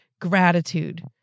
gratitude